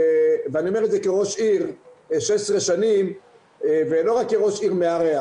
ואני אומר את זה כראש עיר 16 שנים ולא רק כראש עיר מארח.